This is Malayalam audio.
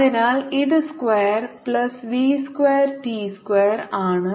അതിനാൽ ഇത് square plus V square T square ആണ്